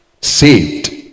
saved